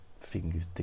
fingers